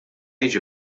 jiġi